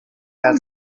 had